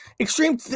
extreme